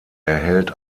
erhält